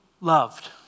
loved